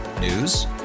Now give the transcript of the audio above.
News